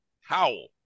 Howell